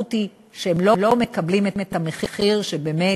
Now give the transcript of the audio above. והמשמעות היא שהם לא מקבלים את המחיר שהם באמת